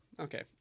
Okay